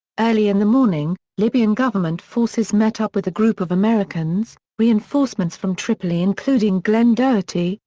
early in the morning, libyan government forces met up with a group of americans, reinforcements from tripoli including glen doherty,